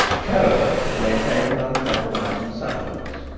carrados maintained an uncompromising silence.